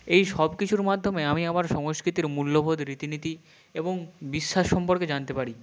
এই সব কিছুর মাধ্যমে আমি আমার সংস্কৃতির মূল্যবোধ রীতি নীতি এবং বিশ্বাস সম্পর্কে জানতে পারি